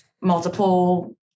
multiple